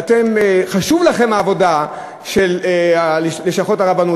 שחשובה לכם העבודה של לשכות הרבנות